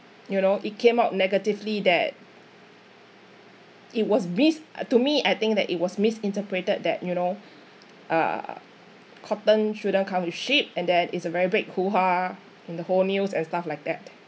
you know it came out negatively that it was missed uh to me I think that it was misinterpreted that you know uh cotton shouldn't come from sheep and then it's a very big hooha in the whole news and stuff like that